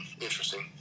interesting